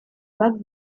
bug